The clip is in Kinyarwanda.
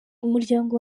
umuryango